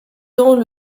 dont